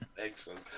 Excellent